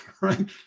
Right